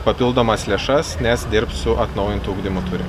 papildomas lėšas nes dirbs su atnaujintu ugdymo turi